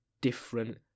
different